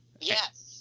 Yes